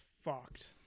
fucked